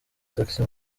taxi